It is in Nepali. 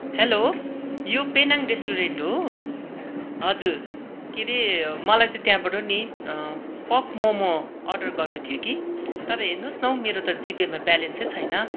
हेलो यो पेनाङ रेस्टुरेन्ट हो हजुर के अरे मलाई चाहिँ त्यहाँबाड नि पक मोमो अर्डर गर्नुथियो कि तर हेर्नुहोस् न हौ मेरो त जिपेमा त ब्यालेन्सै छैन